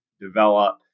develop